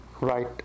right